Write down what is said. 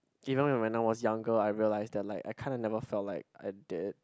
even when when I was younger I realised that like I kind of never felt like I did